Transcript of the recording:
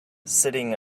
sitting